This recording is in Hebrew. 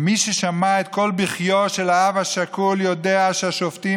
מי ששמע את קול בכיו של האב השכול יודע שהשופטים